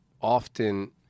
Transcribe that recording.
often